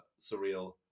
surreal